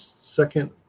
second